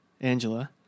Angela